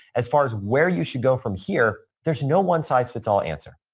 as far as where you should go from here, there's no one size fits all answer.